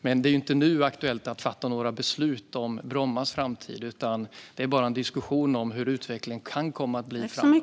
Men det är inte nu aktuellt att fatta några beslut om Brommas framtid, utan det är bara en diskussion om hur utvecklingen kan komma att bli framöver.